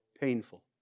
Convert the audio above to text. painful